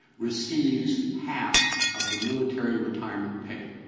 receives half of the military retirement pay,